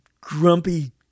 grumpy